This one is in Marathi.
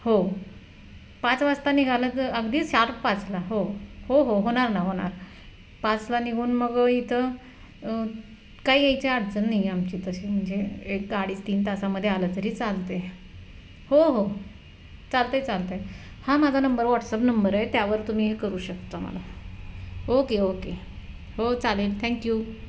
हो पाच वाजता निघालं तर अगदी शार्प पाचला हो हो होणार ना होणार पाचला निघून मग इथं काही यायची अडचण नाही आमची तशी म्हणजे एक अडीच तीन तासामध्ये आलं तरी चालते हो हो चालतं आहे चालतं आहे हा माझा नंबर वॉट्सअप नंबर आहे त्यावर तुम्ही हे करू शकता मला ओके ओके हो चालेल थँक्यू